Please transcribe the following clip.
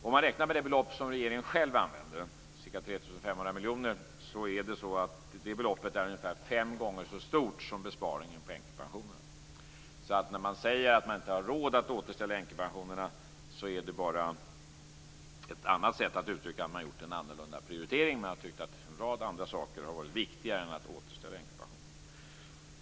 Om man räknar med det belopp som regeringen själv använder, ca 3 500 miljoner, är det beloppet ungefär fem gånger så stort som besparingen på änkepensionerna. När man säger att man inte har råd att återställa änkepensionerna är det ju bara ett annat sätt att uttrycka att man har gjort en annorlunda prioritering. Man har tyckt att en rad andra saker har varit viktigare än att återställa änkepensionerna.